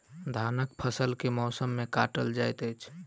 धानक फसल केँ मौसम मे काटल जाइत अछि?